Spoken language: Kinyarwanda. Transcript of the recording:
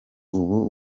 ubu